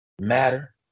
matter